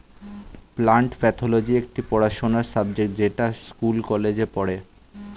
plant pathology একটি পড়াশোনার subject যেটা স্কুল কলেজে পড়ে